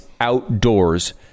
outdoors